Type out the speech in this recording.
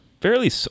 fairly